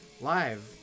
live